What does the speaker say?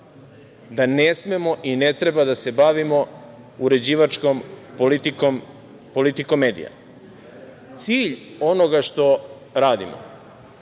da ne smemo i ne treba da se bavimo uređivačkom politikom, politikom medija. Cilj onoga što radimo